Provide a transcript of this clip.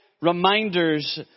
reminders